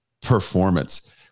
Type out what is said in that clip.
performance